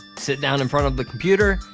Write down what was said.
sit down in front of the computer,